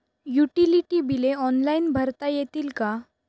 Utility बिले online भरता येतील का?